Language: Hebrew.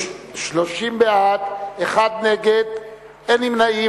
30 בעד, אחד נגד, אין נמנעים.